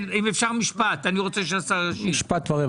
אני רוצה שהשר ישיב.